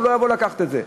הוא לא יבוא לקחת את זה,